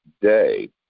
day